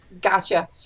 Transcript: Gotcha